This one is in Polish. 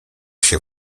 się